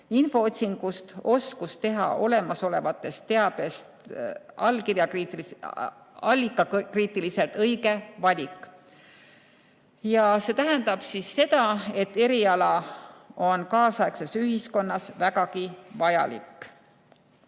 infootsingus, oskust teha olemasoleva teabe hulgast allikakriitiliselt õige valik. See tähendab seda, et eriala on kaasaegses ühiskonnas vägagi vajalik.